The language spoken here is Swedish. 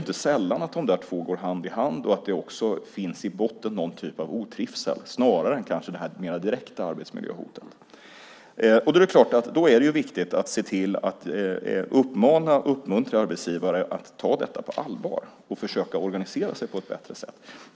Inte så sällan går dessa två hand i hand, och i botten kan det finnas någon typ av otrivsel kanske snarare än de mer direkta arbetsmiljöhoten. Det är därför viktigt att se till att uppmana och uppmuntra arbetsgivare att ta detta på allvar och försöka organisera sig på ett bättre sätt.